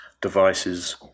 devices